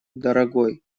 дорогой